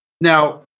Now